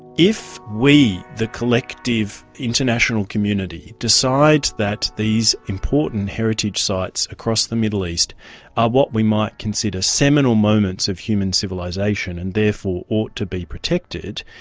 if we, the collective international community, decide that these important heritage sites across the middle east are what we might consider seminal moments of human civilisation and therefore ought to be protected,